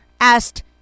asked